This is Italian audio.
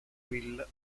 will